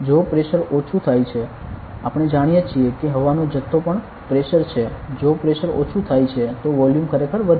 જો પ્રેશર ઓછું થાય છે આપણે જાણીએ છીએ કે હવાનો જથ્થો પણ પ્રેશર છે જો પ્રેશર ઓછું થાય છે તો વોલ્યુમ ખરેખર વધે છે